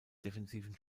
defensiven